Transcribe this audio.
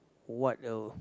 what a